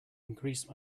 increase